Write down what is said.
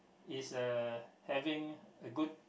is uh having a good